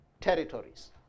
territories